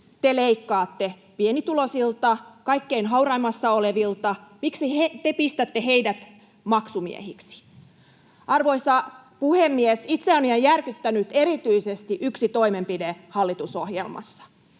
te leikkaatte pienituloisilta, kaikkein hauraimmassa asemassa olevilta, miksi te pistätte heidät maksumiehiksi. Arvoisa puhemies! Itseäni on järkyttänyt erityisesti yksi toimenpide hallitusohjelmassa: